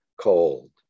cold